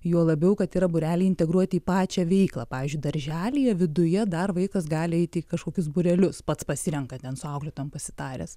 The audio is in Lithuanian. juo labiau kad yra būreliai integruoti į pačią veiklą pavyzdžiui darželyje viduje dar vaikas gali eiti į kažkokius būrelius pats pasirenka ten su auklėtojom pasitaręs